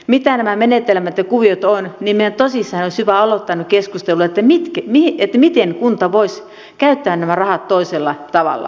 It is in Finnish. mitä nämä menetelmät ja kuviot ovat meidän tosissaan olisi hyvä aloittaa nyt keskustelu miten kunta voisi käyttää nämä rahat toisella tavalla